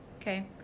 Okay